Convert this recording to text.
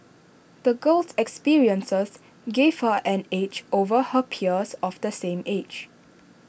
the girl's experiences gave her an edge over her peers of the same age